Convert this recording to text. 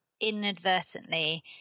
inadvertently